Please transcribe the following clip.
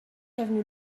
avenue